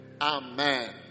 Amen